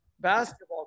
basketball